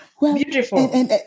Beautiful